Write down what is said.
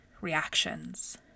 reactions